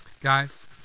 Guys